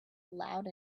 loud